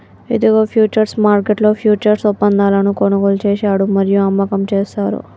ఇదిగో ఫ్యూచర్స్ మార్కెట్లో ఫ్యూచర్స్ ఒప్పందాలను కొనుగోలు చేశాడు మరియు అమ్మకం చేస్తారు